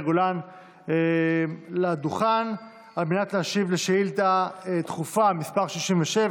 גולן לדוכן על מנת להשיב על שאילתה דחופה מס' 67,